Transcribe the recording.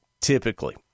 typically